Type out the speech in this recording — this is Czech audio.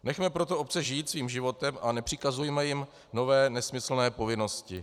Nechme proto obce žít svým životem a nepřikazujme jim nové, nesmyslné povinnosti.